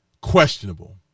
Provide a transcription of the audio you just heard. questionable